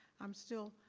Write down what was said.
i'm still,